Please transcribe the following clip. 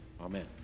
Amen